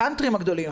הקאנטרים הגדולים,